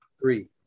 Three